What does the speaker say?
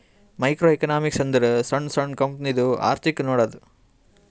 micro economics ಅಂದುರ್ ಸಣ್ಣು ಸಣ್ಣು ಕಂಪನಿದು ಅರ್ಥಿಕ್ ನೋಡದ್ದು